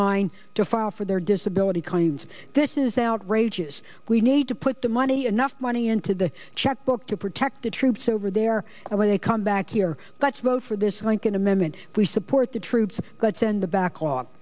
line to file for their disability claims this is outrageous we need to put the money enough money into the checkbook to protect the troops over there and when they come back here but vote for this lincoln amendment we support the troops could send the back